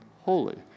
holy